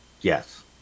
Yes